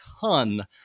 ton